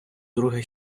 друге